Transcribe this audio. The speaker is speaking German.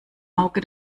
auge